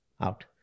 out